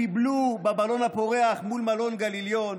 חיבלו בבלון הפורח מול מלון גליליון